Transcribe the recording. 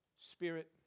spirit